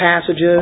passages